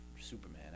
Superman